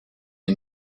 you